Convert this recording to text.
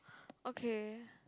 okay